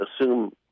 assume